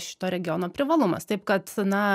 šito regiono privalumas taip kad na